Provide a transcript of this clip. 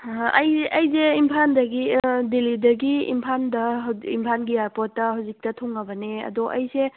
ꯑꯩꯁꯦ ꯑꯩꯁꯦ ꯏꯝꯐꯥꯜꯗꯒꯤ ꯗꯦꯜꯍꯤꯗꯒꯤ ꯏꯝꯐꯥꯜꯗ ꯏꯝꯐꯥꯜꯒꯤ ꯏꯌꯥꯔꯄꯣꯔꯠꯇ ꯍꯧꯖꯤꯛꯇ ꯊꯨꯡꯉꯕꯅꯦ ꯑꯗꯣ ꯑꯩꯁꯦ